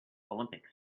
olympics